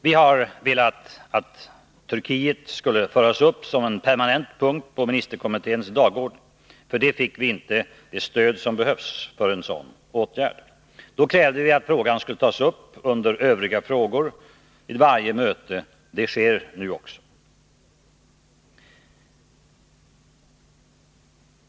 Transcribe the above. Vi har velat att Turkiet skulle föras upp som en permanent punkt på ministerkommitténs dagordning. För det fick vi inte det stöd som behövs för en sådan åtgärd. Då krävde vi att frågan skulle tas upp under Övriga frågor vid varje möte. Det sker nu också.